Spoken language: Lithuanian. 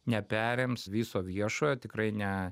neperims viso viešojo tikrai ne